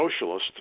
socialist